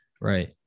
Right